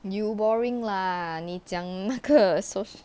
you boring lah 你讲那个 soci~